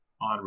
on